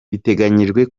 biteganyijwe